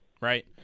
right